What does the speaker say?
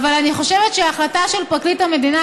אבל אני חושבת שההחלטה של פרקליט המדינה,